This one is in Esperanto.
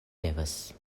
devas